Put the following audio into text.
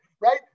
right